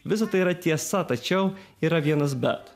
visa tai yra tiesa tačiau yra vienas bet